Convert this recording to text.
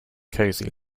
cosy